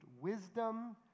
wisdom